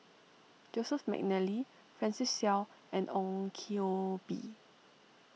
Joseph McNally Francis Seow and Ong Koh Bee